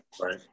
right